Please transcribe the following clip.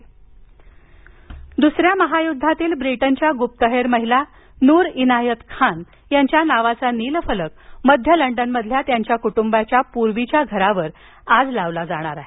गुप्तहेर महिला स्मारक दुसऱ्या महायुद्धातील ब्रिटनच्या गुप्तहेर महिला नूर इनायत खान यांच्या नावाचा नीलफलक मध्य लंडनमधील त्यांच्या कुटुंबाच्या पूर्वीच्या घरावर आज लावला जात आहे